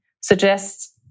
suggests